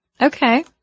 Okay